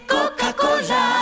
Coca-Cola